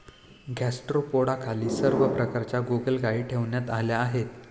गॅस्ट्रोपोडाखाली सर्व प्रकारच्या गोगलगायी ठेवण्यात आल्या आहेत